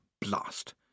blast